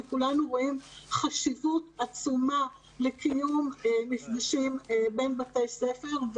וכולנו רואים חשיבות עצומה לקיום מפגשים בין בתי ספר.